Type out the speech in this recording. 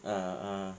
ah ah